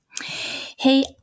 Hey